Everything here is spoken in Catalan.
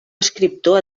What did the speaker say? escriptor